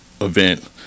event